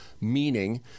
meaning